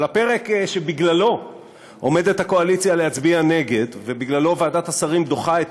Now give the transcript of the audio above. אבל הפרק שבגללו עומדת הקואליציה להצביע נגד ובגללו ועדת השרים דוחה את